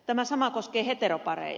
tämä sama koskee heteropareja